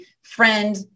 friend